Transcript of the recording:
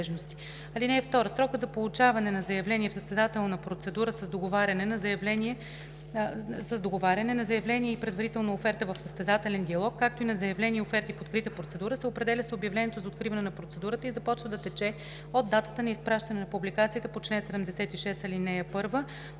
(2) Срокът за получаване на заявление в състезателна процедура с договаряне, на заявление и предварителна оферта в състезателен диалог, както и на заявление и оферти в открита процедура се определя с обявлението за откриване на процедурата и започва да тече от датата на изпращане за публикуване по чл. 76, ал. 1